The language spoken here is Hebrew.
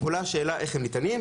עולה השאלה איך הם ניתנים,